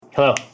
Hello